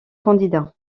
candidats